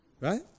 right